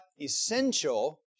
essential